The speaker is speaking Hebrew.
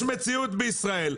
יש מציאות בישראל.